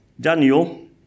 Daniel